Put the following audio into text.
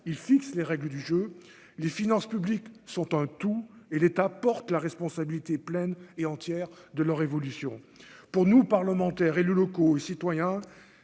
il fixe les règles du jeu, les finances publiques sont un tout et l'État portent la responsabilité pleine et entière de leur évolution, pour nous, parlementaires, élus locaux et citoyens,